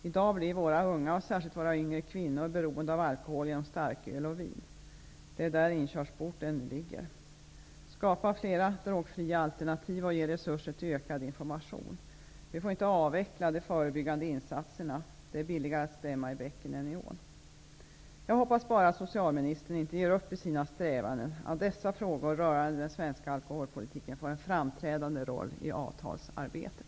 I dag blir våra unga, och särskilt våra yngre kvinnor, beroende av alkohol genom starköl och vin. Det är dessa som utgör inkörsporten. Skapa flera drogfria alternativ, och ge resurser till ökad information. Vi får inte avveckla de förebyggande insatserna. Det är billigare att stämma i bäcken än i ån. Jag hoppas bara att socialministern inte ger upp i sina strävanden att dessa frågor rörande den svenska alkoholpolitiken får en framträdande roll i avtalsarbetet.